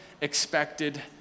expected